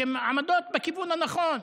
שהן עמדות בכיוון הנכון.